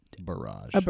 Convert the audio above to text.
barrage